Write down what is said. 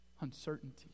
uncertainty